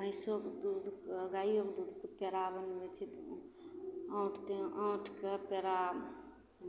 भैँसोके दूधके आओर गाइओके दूधके पेड़ा बनबै छै औँटिके औँटिके पेड़ा